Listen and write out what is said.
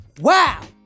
Wow